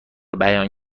بیان